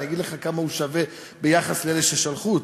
אבל אני אגיד לך כמה הוא שווה ביחס לאלה ששלחו אותו,